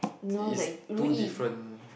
is two different